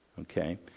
Okay